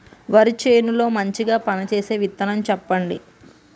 వరి చేను లో మంచిగా పనిచేసే విత్తనం చెప్పండి?